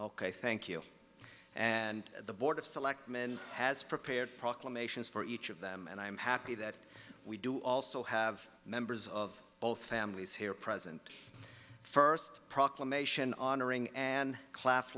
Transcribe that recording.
ok thank you and the board of selectmen has prepared proclamations for each of them and i am happy that we do also have members of both families here present first proclamation on a ring and cla